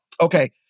Okay